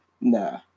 Nah